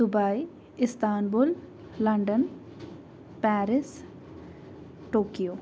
Dubai Istanbul London Paris Tokyo